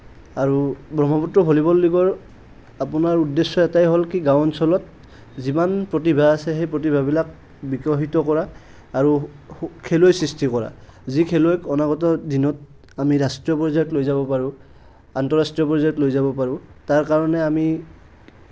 আৰু ব্ৰহ্মপুত্ৰ ভলীবল টিমৰ আপোনাৰ উদ্দেশ্য এটাই হ'ল কি গাঁও অঞ্চলত যিমান প্ৰতিভা আছে সেই প্ৰতিভাবিলাক বিকশিত কৰা আৰু খেলুৱৈ সৃষ্টি কৰা যি খেলুৱৈক অনাগত দিনত আমি ৰাষ্ট্ৰীয় পৰ্যায়ত লৈ যাব পাৰোঁ আন্তৰাষ্ট্ৰীয় পৰ্যায়ত লৈ যাব পাৰোঁ তাৰ কাৰণে আমি